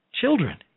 Children